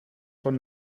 von